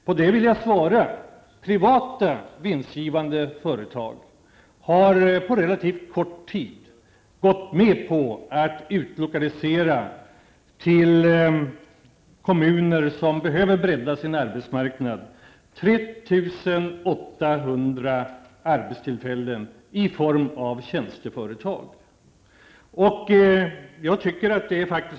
Privata vinstgivande företag har gått med på att under en relativt kort tid utlokalisera 3 800 arbetstillfällen, i form av tjänsteföretag, till kommuner som behöver bredda arbetsmarknaden.